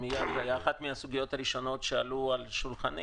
והיה אחת הסוגיות הראשונות שעלו על שולחני